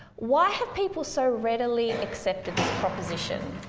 why have people so readily accepted this proposition?